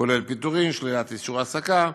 כולל פיטורין או שלילת אישור העסקה,